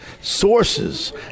sources